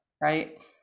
right